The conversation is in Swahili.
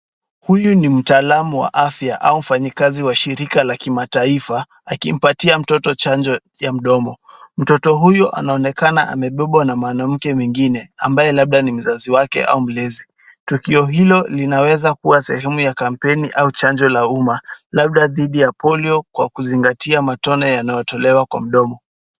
Huyu ni mtaalamu wa afya au mfanyikazi wa shirika la kimataifa akimpatia mtoto chanjo ya mdomo. Mtoto huyo anaonekana amebebwa na mwanamke mwingine ambaye labda ni mzazi wake au mlezi. Tukio hilo linaweza kuwa sehemu ya kampeni au chanjo la umma labda dhidi la polio kwa kuzingatia matone yanayotolewa kwa mdomo.